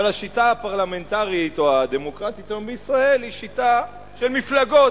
אבל השיטה הפרלמנטרית או הדמוקרטית היום בישראל היא שיטה של מפלגות.